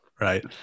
right